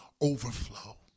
overflow